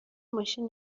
ماشین